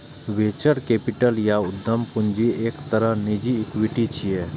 venture capital या उद्यम पूंजी एक तरहक निजी इक्विटी छियै